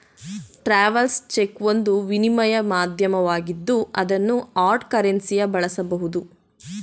travels cheque ಒಂದು ವಿನಿಮಯ ಮಾಧ್ಯಮವಾಗಿದ್ದು ಅದನ್ನು ಹಾರ್ಡ್ ಕರೆನ್ಸಿಯ ಬಳಸಬಹುದು